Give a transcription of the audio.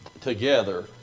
together